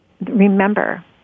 Remember